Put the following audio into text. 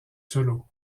solo